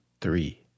Three